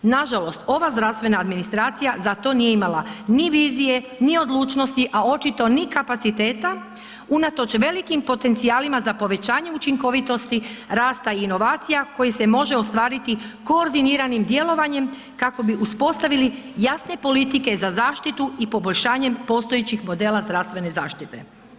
Nažalost ova zdravstvena administracija za to nije imala ni vizije ni odlučnosti a očito ni kapaciteta unatoč velikim potencijalima za povećanjem učinkovitosti, rasta i inovacija koji se može ostvariti koordiniranim djelovanjem kako bi uspostavili jasne politike za zaštitu i poboljšanje postojećih zdravstvene zaštite.